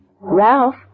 Ralph